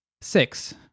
Six